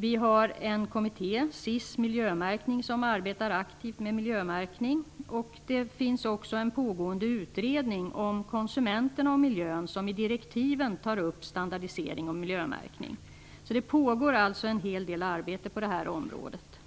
Vi har en kommitté, SIS Miljömärkning, som arbetar aktivt med miljömärkning. Det finns också en pågående utredning om konsumenterna och miljön som enligt sina direktiv skall ta upp standardisering och miljömärkning. Det pågår alltså en hel del arbete på det här området.